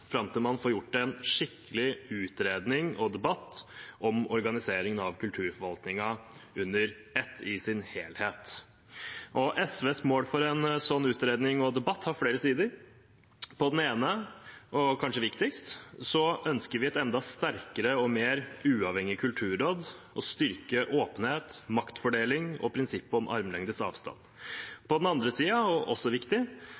fram til man får gjort en skikkelig utredning og hatt en skikkelig debatt om organiseringen av kulturforvaltningen under ett og i sin helhet. SVs mål for en slik utredning og en slik debatt har flere sider. På den ene siden – kanskje viktigst – ønsker vi et enda sterkere og mer uavhengig kulturråd, og vi vil styrke åpenhet, maktfordeling og prinsippet om armlengdes